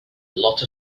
lot